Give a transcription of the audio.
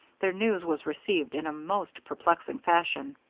their news was received in a most perplexing fashion.